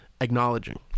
acknowledging